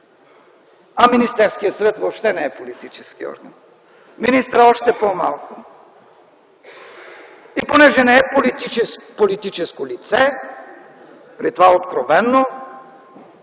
а Министерският съвет въобще не е политически орган, министърът – още по-малко! И понеже не е политическо лице, при това откровено,